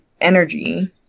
energy